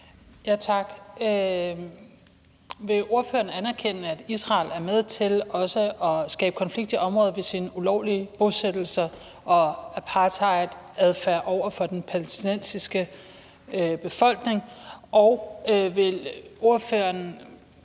Tak. Vil ordføreren anerkende, at Israel også er med til at skabe konflikt i området ved sine ulovlige bosættelser og apartheidadfærd over for den palæstinensiske befolkning, og hvad tænker